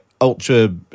ultra